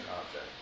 object